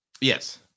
Yes